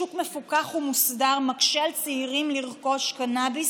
שוק מפוקח ומוסדר מקשה על צעירים לרכוש קנביס,